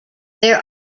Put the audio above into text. there